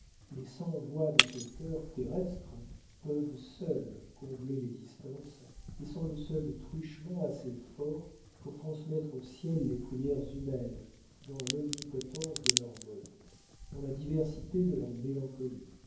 cent voix de ce chœur terrestre peuvent seules combler les distances et sont le seul truchement assez fort pour transmettre au ciel les prières humaines dans l'omnipotence de leurs modes dans la diversité de leurs mélancolies